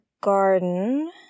garden